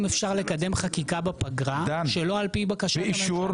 אפשר לקדם חקיקה בפגרה שלא על-פי בקשת הממשלה,